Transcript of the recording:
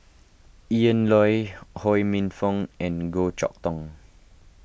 Ian Loy Ho Minfong and Goh Chok Tong